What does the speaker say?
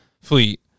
fleet